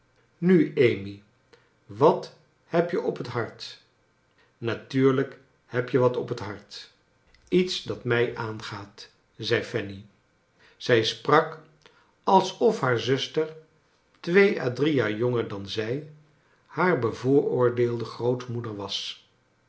nu amy wat neb je op het hart natuurlijk heb je wat op het hart iets dat mij aangaat zei eanny zij sprak alsof haar zuster twee a drie jaar jonger dan zij haar bevooroordeelde grootmooder was